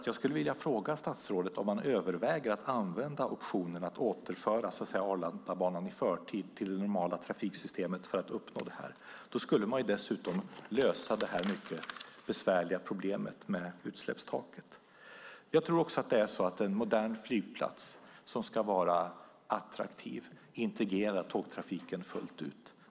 Jag skulle vilja fråga statsrådet om man överväger att använda optionen för att i förtid återföra Arlandabanan till det normala trafiksystemet för att uppnå det här. Då skulle man dessutom lösa det mycket besvärliga problemet med utsläppstaket. Jag tror också att en modern flygplats som ska vara attraktiv integrerar tågtrafiken fullt ut.